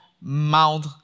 Mount